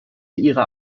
ihrer